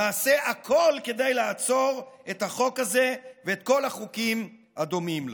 נעשה הכול כדי לעצור את החוק הזה ואת כל החוקים הדומים לו.